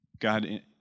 God